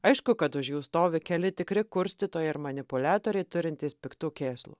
aišku kad už jų stovi keli tikri kurstytojai ir manipuliatoriai turintys piktų kėslų